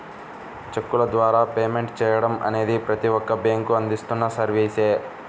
చెక్కుల ద్వారా పేమెంట్ చెయ్యడం అనేది ప్రతి ఒక్క బ్యేంకూ అందిస్తున్న సర్వీసే